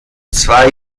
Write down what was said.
zwei